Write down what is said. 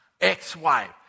ex-wife